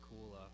cool